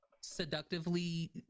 seductively